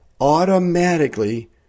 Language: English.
automatically